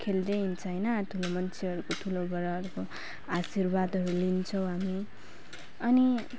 खेल्दै हिँड्छ होइन ठुलो मान्छेहरूको ठुलोबाट आशीर्वादहरू लिन्छौँ हामी अनि